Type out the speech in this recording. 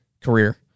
career